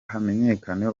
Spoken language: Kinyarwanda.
hamenyekane